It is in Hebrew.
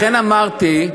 לכן אמרתי,